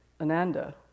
Ananda